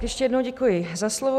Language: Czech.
Ještě jednou děkuji za slovo.